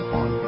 on